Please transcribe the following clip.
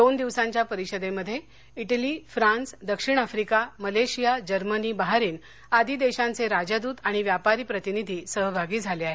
दोन दिवसांच्या परिषदेमध्ये इटली फ्रांस दक्षिण आफ्रिका मलेशिया जर्मनी बहारीन आदी देशांचे राजदूत आणि व्यापारी प्रतिनिधी सहभागी झाले आहेत